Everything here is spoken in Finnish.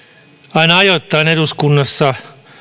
aina ajoittain eduskunnassa